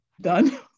done